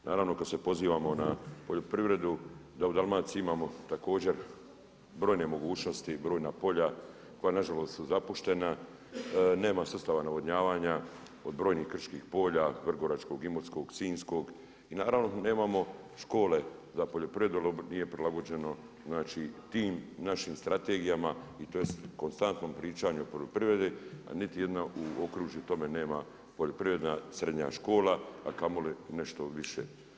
Naravno kada se pozivamo na poljoprivredu, u Dalmaciji imamo također brojne mogućnosti, brojna polja, koja nažalost su zapuštena, nema sustava navodnjavanja, od brojnih Krčkih polja, Vrgoračkog, Imotskog, Sinjskog i naravno da nemamo škole za poljoprivredu jer nije prilagođeno tim našim strategijama i to jest konstantom pričanju poljoprivrede, a niti jedno u okružju tome nema poljoprivredna srednja škola a kamoli nešto više.